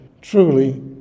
truly